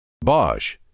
Bosch